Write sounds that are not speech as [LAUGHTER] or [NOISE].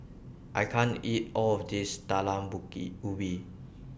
I can't eat All of This Talam [UNINTELLIGIBLE] Ubi